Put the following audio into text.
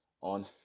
on